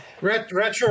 Retro